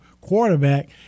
quarterback—